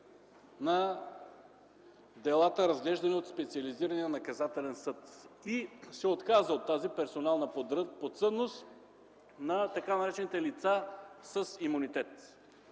на делата, разгледани от специализирания наказателен съд, и се отказа от тази персоналната подсъдност на така наречените лица с имунитет.